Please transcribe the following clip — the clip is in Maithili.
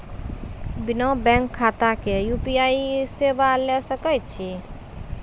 बिना बैंक खाताक यु.पी.आई सेवाक फायदा ले सकै छी?